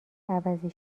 عوضی